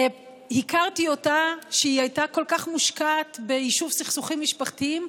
הכרתי אותה כשהיא הייתה כל כך מושקעת ביישוב סכסוכים משפחתיים,